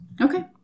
Okay